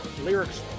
lyrics